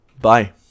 Bye